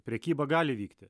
prekyba gali vykti